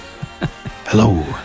Hello